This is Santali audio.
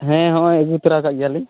ᱦᱮᱸ ᱦᱮᱸ ᱟᱹᱜᱩ ᱛᱚᱨᱟ ᱟᱠᱟᱫ ᱜᱮᱭᱟᱞᱤᱧ